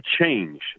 change